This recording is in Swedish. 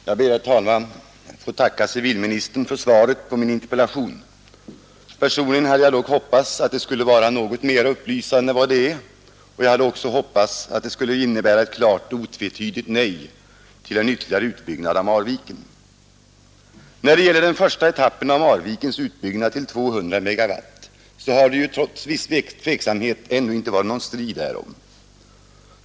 Herr talman! Jag ber att få tacka civilministern för svaret på min interpellation. Personligen hade jag dock hoppats att svaret skulle vara något mera upplysande än vad det är, och jag hade också hoppats att det skulle innebära ett klart och otvetydigt nej till en ytterligare utbyggnad av Marviken. När det gäller den första etappen av Marvikens utbyggnad till 200 MW så har det ju trots viss tveksamhet ändå inte varit någon strid därom.